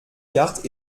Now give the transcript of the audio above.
cartes